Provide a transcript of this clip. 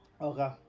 Okay